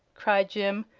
cried jim,